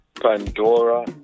Pandora